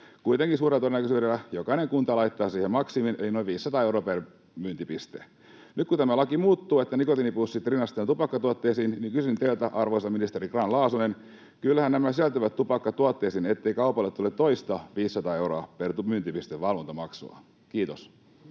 Kuitenkin suurella todennäköisyydellä jokainen kunta laittaa siihen maksimin eli noin 500 euroa per myyntipiste. Nyt kun tämä laki muuttuu niin, että nikotiinipussit rinnastetaan tupakkatuotteisiin, niin kysyn teiltä, arvoisa ministeri Grahn-Laasonen: kyllähän nämä sisältyvät tupakkatuotteisiin, ettei kaupalle tule toista 500 euron valvontamaksua per